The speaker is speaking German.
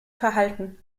verhalten